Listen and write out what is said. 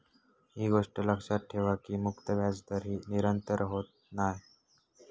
ही गोष्ट लक्षात ठेवा की मुक्त व्याजदर ही निरंतर होत नाय